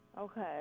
Okay